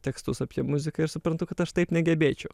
tekstus apie muziką ir suprantu kad aš taip negebėčiau